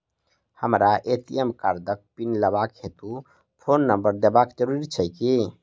हमरा ए.टी.एम कार्डक पिन लेबाक हेतु फोन नम्बर देबाक जरूरी छै की?